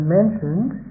mentioned